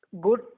good